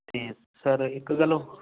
ਠੀ ਸਰ ਇੱਕ ਗੱਲ ਹੋਰ